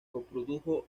coprodujo